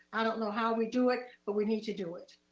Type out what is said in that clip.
i don't know how we do it, but we need to do it.